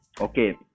okay